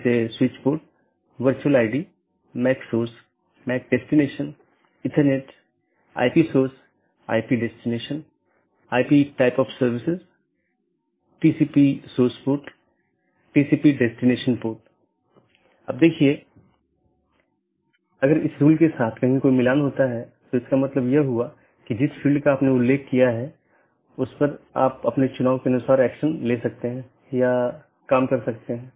मुख्य रूप से दो BGP साथियों के बीच एक TCP सत्र स्थापित होने के बाद प्रत्येक राउटर पड़ोसी को एक open मेसेज भेजता है जोकि BGP कनेक्शन खोलता है और पुष्टि करता है जैसा कि हमने पहले उल्लेख किया था कि यह कनेक्शन स्थापित करता है